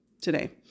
today